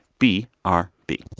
b r b